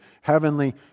heavenly